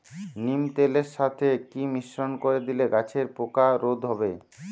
নিম তেলের সাথে কি মিশ্রণ করে দিলে গাছের পোকা রোধ হবে?